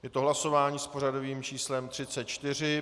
Je to hlasování s pořadovým číslem 34.